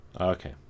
okay